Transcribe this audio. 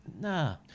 nah